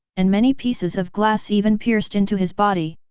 and many pieces of glass even pierced into his body.